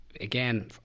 Again